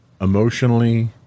Emotionally